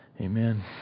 Amen